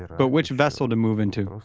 but which vessel to move into.